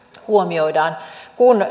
huomioidaan kun